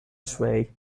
sway